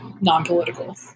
non-political